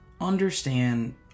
understand